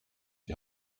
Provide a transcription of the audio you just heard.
die